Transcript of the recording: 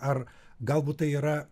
ar galbūt tai yra